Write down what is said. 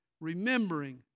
remembering